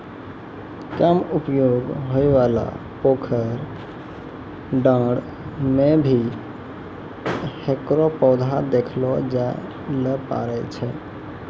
कम उपयोग होयवाला पोखर, डांड़ में भी हेकरो पौधा देखलो जाय ल पारै छो